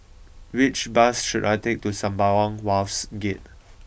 which bus should I take to Sembawang Wharves Gate